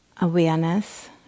awareness